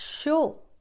show